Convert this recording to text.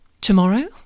Tomorrow